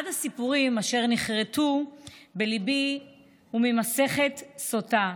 אחד הסיפורים אשר נחרתו בליבי הוא ממסכת סוטה.